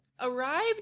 arrived